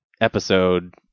episode